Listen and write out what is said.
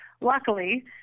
luckily